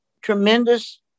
tremendous